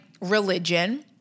religion